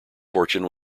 fortune